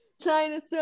China